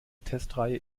testreihe